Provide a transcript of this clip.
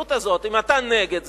ולמציאות הזאת, אם אתה נגד זה,